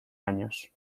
años